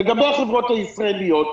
לגבי החברות הישראליות,